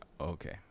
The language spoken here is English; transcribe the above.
Okay